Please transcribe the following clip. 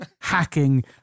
hacking